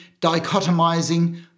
dichotomizing